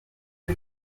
are